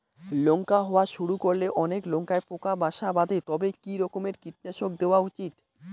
লঙ্কা হওয়া শুরু করলে অনেক লঙ্কায় পোকা বাসা বাঁধে তবে কি রকমের কীটনাশক দেওয়া উচিৎ?